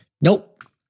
nope